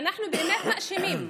אנחנו באמת מאשימים.